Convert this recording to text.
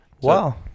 Wow